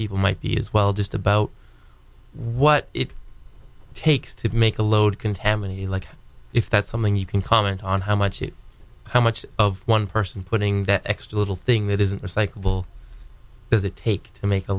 people might be as well just about what it takes to make a load contaminate like if that's something you can comment on how much it how much of one person putting that extra little thing that isn't recyclable does it take to make a